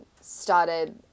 started